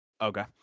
Okay